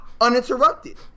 uninterrupted